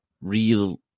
real